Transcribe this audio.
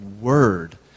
word